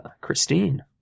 Christine